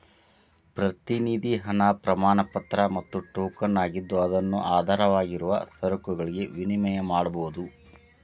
ಪ್ರತಿನಿಧಿ ಹಣ ಪ್ರಮಾಣಪತ್ರ ಮತ್ತ ಟೋಕನ್ ಆಗಿದ್ದು ಅದನ್ನು ಆಧಾರವಾಗಿರುವ ಸರಕುಗಳಿಗೆ ವಿನಿಮಯ ಮಾಡಕೋಬೋದು